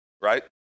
Right